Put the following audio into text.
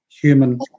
human